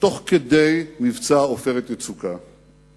תוך כדי מבצע "עופרת יצוקה",